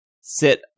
sit